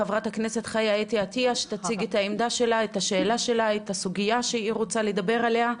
חברת הכנסת חיה אתי עטיה שתציג את הסוגיה שהיא רוצה לדבר עליה.